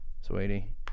Sweetie